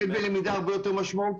עם איזו למידה הרבה יותר משמעותית.